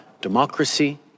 democracy